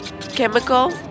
chemical